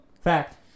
Fact